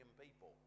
people